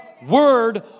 Word